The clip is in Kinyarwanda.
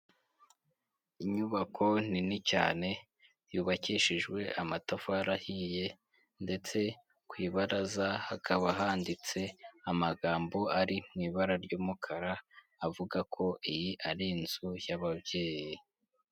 Inyubako nini cyane yubakishijwe amatafari ahiye ndetse ku ibaraza hakaba handitse amagambo ari mu ibara ry'umukara, avuga ko iyi ari inzu y'ababyeyi.